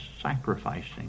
sacrificing